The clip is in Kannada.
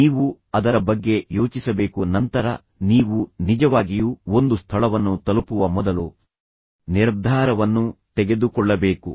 ನೀವು ಅದರ ಬಗ್ಗೆ ಯೋಚಿಸಬೇಕು ನಂತರ ನೀವು ನಿಜವಾಗಿಯೂ ಒಂದು ಸ್ಥಳವನ್ನು ತಲುಪುವ ಮೊದಲು ನಿರ್ಧಾರವನ್ನು ತೆಗೆದುಕೊಳ್ಳಬೇಕು